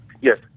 Yes